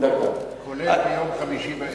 כולל ביום חמישי בערב,